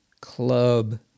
club